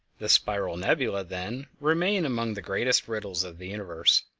the spiral nebulae, then, remain among the greatest riddles of the universe,